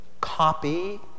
copy